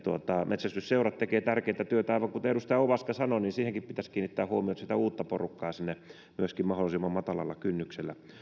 metsästysseurat tekevät tärkeää työtä aivan kuten edustaja ovaska sanoi niin siihenkin pitäisi kiinnittää huomiota että sitä uutta porukkaa sinne myöskin mahdollisimman matalalla kynnyksellä